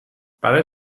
برای